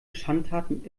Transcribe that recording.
schandtaten